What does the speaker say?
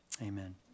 Amen